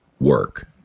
work